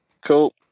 Cool